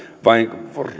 vaan